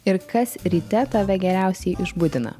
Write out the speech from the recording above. ir kas ryte tave geriausiai išbudina